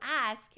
ask